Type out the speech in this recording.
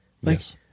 Yes